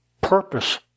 purpose